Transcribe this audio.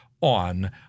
on